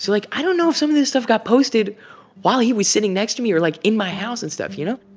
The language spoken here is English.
like, i don't know if some of this stuff got posted while he was sitting next to me or, like, in my house and stuff, you know?